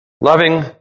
Loving